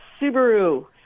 Subaru